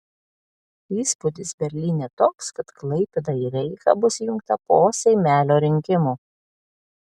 įspūdis berlyne toks kad klaipėda į reichą bus įjungta po seimelio rinkimų